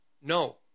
No